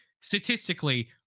statistically